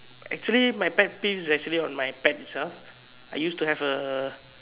actually my pet peeve's actually on my pet itself I used to have a